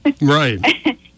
right